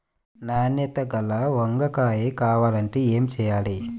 నాణ్యత గల వంగ కాయ కావాలంటే ఏమి చెయ్యాలి?